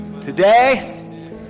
Today